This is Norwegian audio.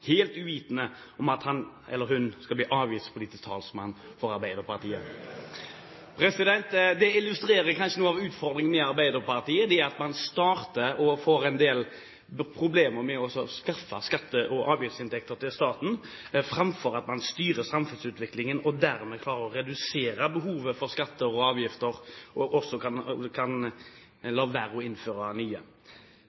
helt uvitende om at han eller hun skal bli avgiftspolitisk talsmann for Arbeiderpartiet.» Dette illustrerer kanskje noe av utfordringen med Arbeiderpartiet – det at man får en del problemer med å skaffe skatte- og avgiftsinntekter til staten, framfor at man styrer samfunnsutviklingen slik at man dermed klarer å redusere behovet for skatter og avgifter, og også